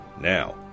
Now